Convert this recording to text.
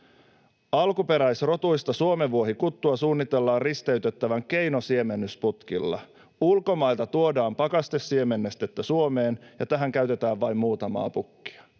Alkuperäisrotuista suomenvuohikuttua suunnitellaan risteytettävän keinosiemennysputkilla. Ulkomailta tuodaan pakastesiemennestettä Suomeen, ja tähän käytetään vain muutamaa pukkia.